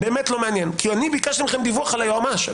אני ביקשתי מכם דיווח על היועמ"ש,